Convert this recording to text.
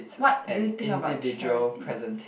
what do you think about charity